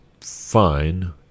fine